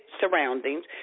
surroundings